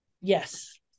Yes